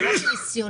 זה דבר ניסיוני,